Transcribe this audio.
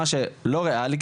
מה שלא ריאלי,